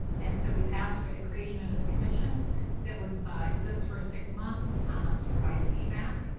um, so we've asked for the creation of this commission that would exist for six months to provide feedback.